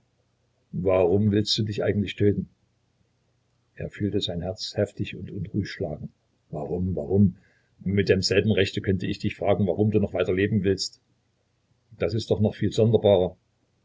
warum willst du dich eigentlich töten er fühlte sein herz heftig und unruhig schlagen warum warum mit demselben rechte könnt ich dich fragen warum du noch weiter leben willst das ist doch noch viel sonderbarer